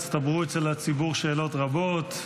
הצטברו אצל הציבור שאלות רבות.